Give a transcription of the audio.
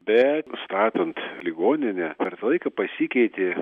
bet statant ligoninę per tą laiką pasikeitė